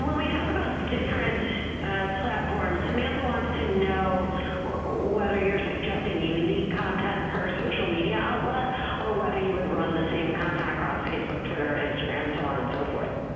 we talk about different platforms, samantha wants to know ah whether you're suggesting unique content per social media outlet or whether you would run the same content across facebook, twitter, instagram, so on and so forth.